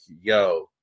Yo